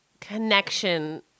connection